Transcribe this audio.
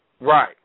Right